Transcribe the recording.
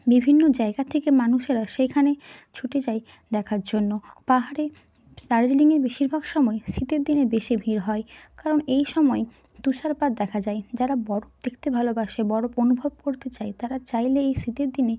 বিভিন্ন জায়গার থেকে মানুষেরা সেইখানে ছুটে যায় দেখার জন্য পাহাড়ে দার্জিলিংয়ে বেশিরভাগ সময় শীতের দিনে বেশি ভিড় হয় কারণ এই সময় তুষারপাত দেখা যায় যারা বরফ দেখতে ভালোবাসে বরফ অনুভব করতে চায় তারা চাইলে এই শীতের দিনে